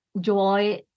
joy